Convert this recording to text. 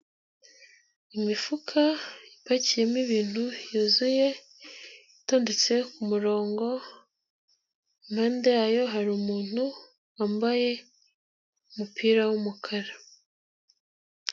Imifuka ipakiyemo ibintu yuzuye itondetse ku murongo, impande yayo hari umuntu wambaye umupira w'umukara.